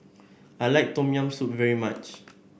I like Tom Yam Soup very much